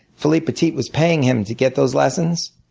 philippe petit was paying him to get those lessons.